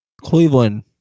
Cleveland